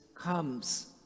comes